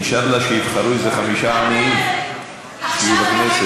אינשאללה שיבחרו איזה חמישה עניים שיהיו בכנסת.